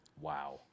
Wow